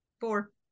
Four